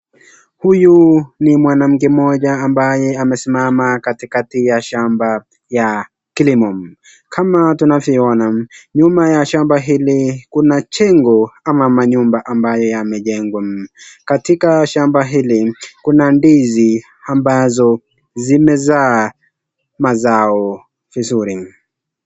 Huyu ni mwanamke moja ambaye amesimama katikati ya shamba ya kilimo. Kama tunavyoona nyuma ya shamba hili Kuna jengo ama manyumba ambaye yamejengwa, katika shamba hili kuna ndizi ambazo zimezaa mazao vizuri.